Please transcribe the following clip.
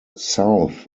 south